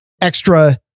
extra